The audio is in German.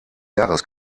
jahres